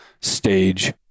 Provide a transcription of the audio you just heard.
stage